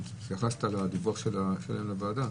התייחסת לדיווח שלהם לוועדה?